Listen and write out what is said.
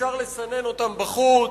אפשר לסנן אותם בחוץ,